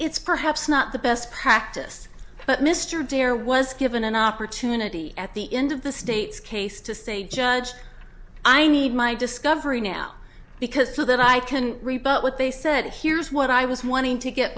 it's perhaps not the best practice but mr daire was given an opportunity at the end of the state's case to say judge i need my discovery now because i feel that i can rebut what they said here's what i was wanting to get